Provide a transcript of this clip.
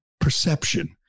perception